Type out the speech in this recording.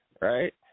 right